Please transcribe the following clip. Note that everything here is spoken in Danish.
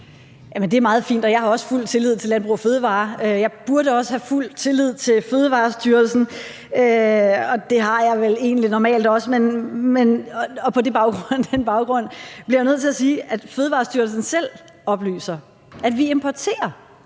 Det er meget fint, og jeg har også fuld tillid til Landbrug & Fødevarer. Jeg burde også have fuld tillid til Fødevarestyrelsen, og det har jeg vel egentlig normalt også, og på den baggrund bliver jeg nødt til at sige, at Fødevarestyrelsen selv oplyser, at vi importerer